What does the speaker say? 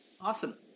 Awesome